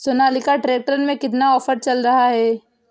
Sonalika tractor में कितना offer चल रहा है?